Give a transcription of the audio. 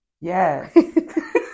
Yes